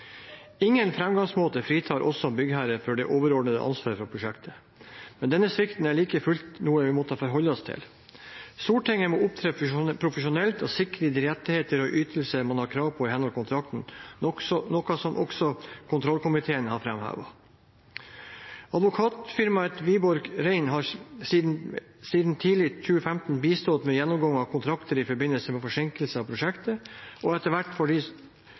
Ingen framgangsmåte fritar oss som byggherre fra det overordnede ansvaret for prosjektet, men denne svikten er like fullt noe vi har måttet forholde oss til. Stortinget må opptre profesjonelt og sikre de rettigheter og ytelser man har krav på i henhold til kontrakten, noe også kontrollkomiteen har framhevet. Advokatfirmaet Wikborg Rein har siden tidlig i 2015 bistått med gjennomgang av kontraktene i forbindelse med forsinkelse av prosjektet og etter hvert